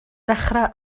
dechrau